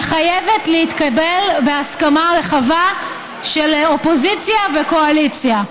חייבת להתקבל בהסכמה רחבה של אופוזיציה וקואליציה.